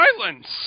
silence